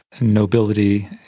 nobility